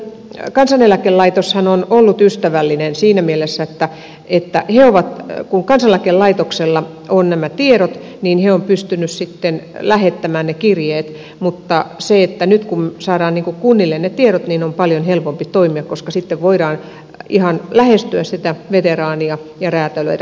nythän kansaneläkelaitos on ollut ystävällinen siinä mielessä että kun kansaneläkelaitoksella on nämä tiedot niin he ovat pystyneet lähettämään ne kirjeet mutta nyt kun saadaan kunnille ne tiedot on paljon helpompi toimia koska sitten voidaan ihan lähestyä sitä veteraania ja räätälöidä palveluja